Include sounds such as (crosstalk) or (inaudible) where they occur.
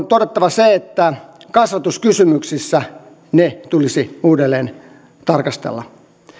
(unintelligible) todettava se että kasvatuskysymyksissä niitä tulisi uudelleen tarkastella